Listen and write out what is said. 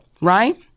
right